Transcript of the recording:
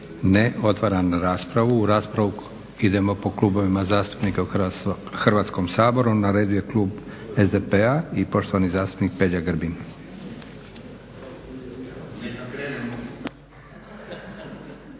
Ne. Otvaram raspravu, u raspravu idemo po klubovima zastupnika u Hrvatskom saboru. Na redu je klub SDP-a i poštovani zastupnik Peđa Grbin.